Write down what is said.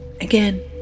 Again